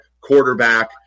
quarterback